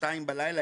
שתיים בלילה,